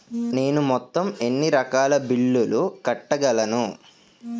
నేను మొత్తం ఎన్ని రకాల బిల్లులు కట్టగలను?